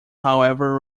however